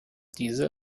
diese